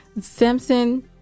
Simpson